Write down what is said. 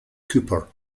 cooper